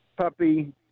puppy